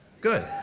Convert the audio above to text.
Good